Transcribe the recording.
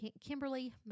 Kimberly